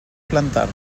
plantar